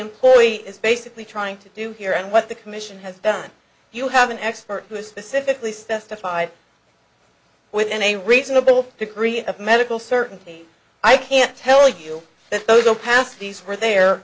employee is basically trying to do here and what the commission has done you have an expert who specifically specified within a reasonable degree of medical certainty i can't tell you that those opacities were there